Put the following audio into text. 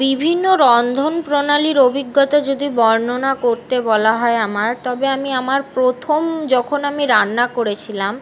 বিভিন্ন রন্ধন প্রণালীর অভিজ্ঞতা যদি বর্ণনা করতে বলা হয় আমার তবে আমি আমার প্রথম যখন আমি রান্না করেছিলাম